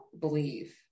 believe